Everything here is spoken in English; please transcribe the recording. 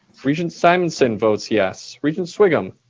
regent simonson votes yes. regent sviggum?